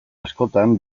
askotan